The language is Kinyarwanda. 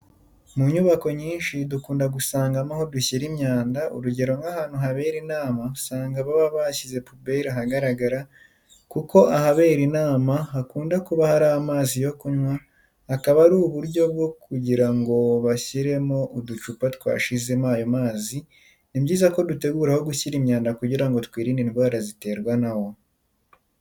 Mu nyubako nyinshi dukunda gusangamo aho dushyira imyanda urugero, nk'ahantu habera inama usanga baba bashyize puberi ahagaraga kuko ahabera inama hakunda kuba hari amazi yo kunywa akaba ari ubyo bwo kugira ngo bashyiremo uducupa twashizemo ayo mazi, ni byiza ko dutegura aho gushyira imyanda kugira ngo twirinde indwara ziterwa na wo.